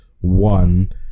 one